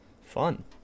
Fun